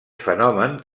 fenomen